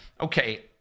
okay